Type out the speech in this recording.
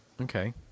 Okay